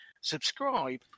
subscribe